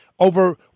Over